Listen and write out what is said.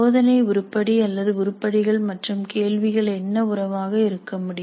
சோதனை உருப்படி அல்லது உருப்படிகள் மற்றும் கேள்விகள் என்ன உறவாக இருக்க வேண்டும்